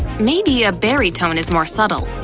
maybe a berry tone is more subtle.